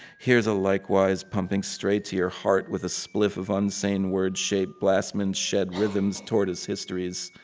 here's a likewise pumping straight to your heart with a spliff of unsane word shape blastments shed rhythm's tortoise histories.